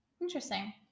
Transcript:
Interesting